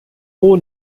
four